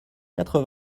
quatre